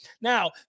now